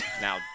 now